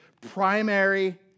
primary